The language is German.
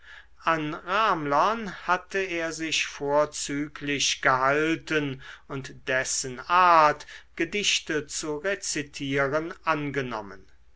an ramlern hatte er sich vorzüglich gehalten und dessen art gedichte zu rezitieren angenommen